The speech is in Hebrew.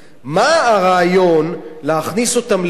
מה הרעיון להכניס אותם לכלא